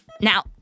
Now